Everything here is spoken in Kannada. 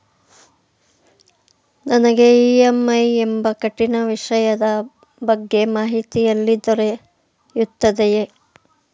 ನನಗೆ ಇ.ಎಂ.ಐ ಎಂಬ ಕಠಿಣ ವಿಷಯದ ಬಗ್ಗೆ ಮಾಹಿತಿ ಎಲ್ಲಿ ದೊರೆಯುತ್ತದೆಯೇ?